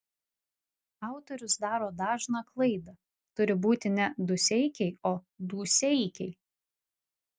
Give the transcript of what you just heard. autorius daro dažną klaidą turi būti ne duseikiai o dūseikiai